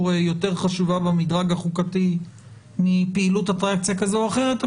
יותר חשובה במדרג החוקתי מפעילות אטרקציה כזו או אחרת,